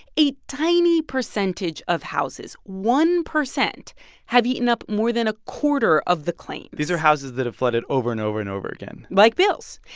a tiny percentage of houses one percent have eaten up more than a quarter of the claims these are houses that have flooded over and over and over again like bill's.